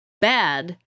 bad